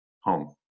home